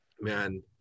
man